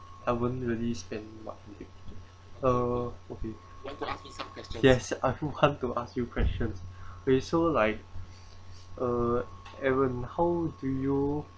I won't really spend much uh okay yes I forgot to ask you questions wait so like evan how do you